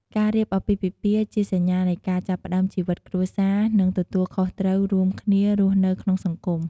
ការរៀបអាពាហ៍ពិពាហ៍ ជាសញ្ញានៃការចាប់ផ្តើមជីវិតគ្រួសារ និងទទួលខុសត្រូវរួមគ្នារស់នៅក្នុងសង្គម។